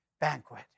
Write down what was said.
banquet